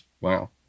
Wow